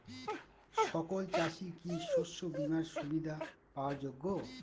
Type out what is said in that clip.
সকল চাষি কি শস্য বিমার সুবিধা পাওয়ার যোগ্য?